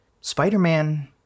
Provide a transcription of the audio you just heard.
Spider-Man